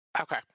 Okay